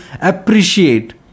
appreciate